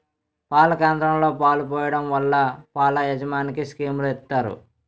పాల కేంద్రంలో పాలు పోయడం వల్ల పాల యాజమనికి స్కీములు ఇత్తారు